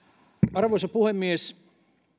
arvoisa puhemies